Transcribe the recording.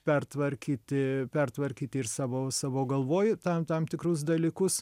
pertvarkyti pertvarkyti ir savo savo galvoj tam tam tikrus dalykus